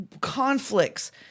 conflicts